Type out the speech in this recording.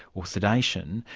or sedation,